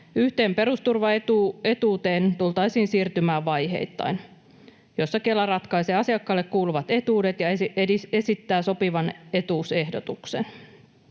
Yhteen perusturvaetuuteen tultaisiin siirtymään vaiheittain, ja siinä Kela ratkaisee asiakkaalle kuuluvat etuudet ja esittää sopivan etuusehdotuksen.